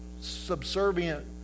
subservient